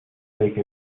take